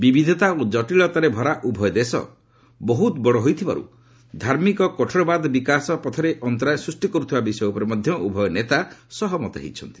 ବିବିଧତା ଓ ଜଟିଳତାରେ ଭରା ଉଭୟ ଦେଶ ବହୁତ ବଡ଼ ହୋଇଥିବାରୁ ଧାର୍ମିକ କଠୋରତାବାଦ୍ ବିକାଶ ପଥରେ ଅନ୍ତରାୟ ସୃଷ୍ଟି କରୁଥିବା ବିଷୟ ଉପରେ ଉଭୟ ନେତା ସହମତ ହୋଇଛନ୍ତି